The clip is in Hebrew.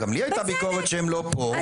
גם לי היתה ביקורת שהם לא פה,